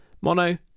Mono